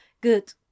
Good